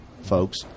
folks